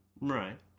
Right